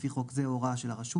לפי חוק זה או הוראה של הרשות.